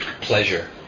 pleasure